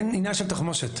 אין עניין של תחמושת.